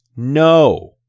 no